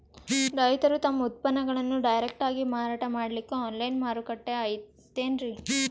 ರೈತರು ತಮ್ಮ ಉತ್ಪನ್ನಗಳನ್ನು ಡೈರೆಕ್ಟ್ ಆಗಿ ಮಾರಾಟ ಮಾಡಲಿಕ್ಕ ಆನ್ಲೈನ್ ಮಾರುಕಟ್ಟೆ ಐತೇನ್ರೀ?